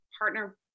partner